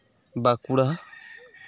Bankura